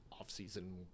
off-season